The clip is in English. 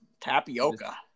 tapioca